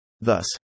Thus